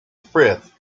frith